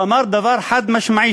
הוא אמר דבר חד-משמעי,